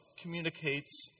communicates